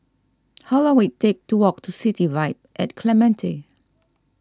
how long will it take to walk to City Vibe at Clementi